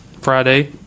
Friday